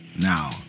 Now